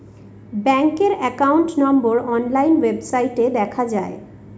ব্যাঙ্কের account number online ওয়েবসাইটে দেখা যায়